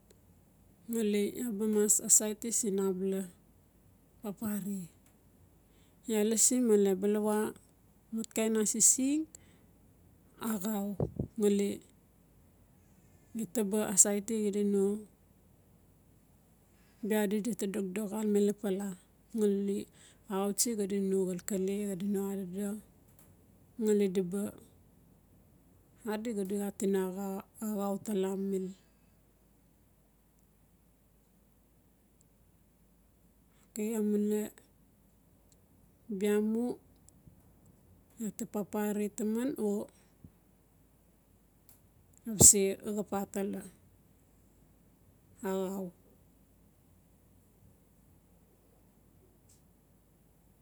Male iaa ba mas asaiti siin abala papare iaa lasi male balawa matkain asising axau ngali gitaba asaiti xida no bia di dita dokdok xalame lapala ngali le axau tsi xadino xalkale xadino adodo ngali diba adi xadi xa tinaxa axau tala mil okau amale bia mu uta papare tiaman o nabase xap atala axau.